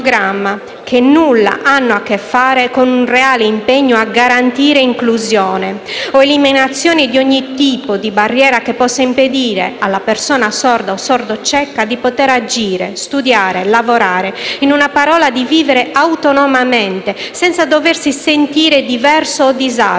che nulla hanno a che fare con un reale impegno a garantire inclusione o eliminazione di ogni tipo di barriera che possa impedire alla persona sorda o sordocieca di poter agire, studiare, lavorare, in una parola vivere autonomamente, senza doversi sentire diversa o disabile